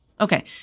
okay